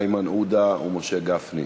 איימן עודה ומשה גפני.